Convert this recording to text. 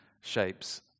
shapes